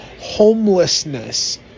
Homelessness